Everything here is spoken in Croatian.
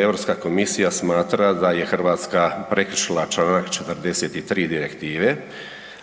EU komisija smatra da je Hrvatska prekršila čl. 43. Direktive,